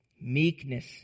meekness